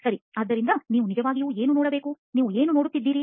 ಸರಿ ಆದ್ದರಿಂದ ನೀವು ನಿಜವಾಗಿಯೂ ಏನು ನೋಡಬೇಕು ನೀವು ಏನು ನೋಡುತ್ತಿದ್ದೀರಿ